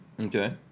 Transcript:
Okay